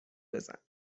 بزن